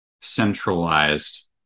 centralized